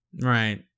Right